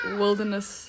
wilderness